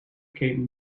came